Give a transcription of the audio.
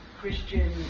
Christian